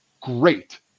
Great